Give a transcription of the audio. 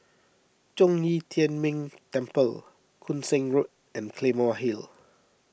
Zhong Yi Tian Ming Temple Koon Seng Road and Claymore Hill